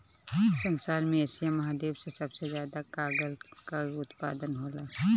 संसार में एशिया महाद्वीप से सबसे ज्यादा कागल कअ उत्पादन होला